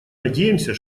надеемся